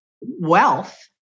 wealth